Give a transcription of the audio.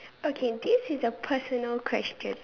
okay this is a personal question